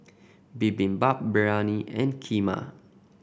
Bibimbap Biryani and Kheema